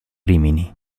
rimini